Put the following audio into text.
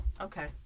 Okay